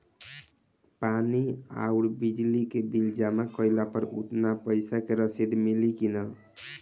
पानी आउरबिजली के बिल जमा कईला पर उतना पईसा के रसिद मिली की न?